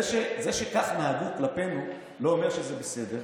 זה שכך נהגו כלפינו, זה לא אומר שזה בסדר.